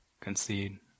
concede